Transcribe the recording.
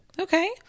okay